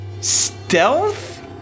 stealth